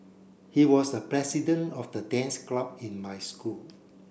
he was the president of the dance club in my school